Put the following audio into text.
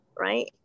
Right